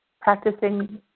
practicing